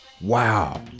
wow